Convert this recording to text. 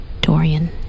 Dorian